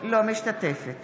אינה משתתפת